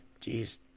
Jeez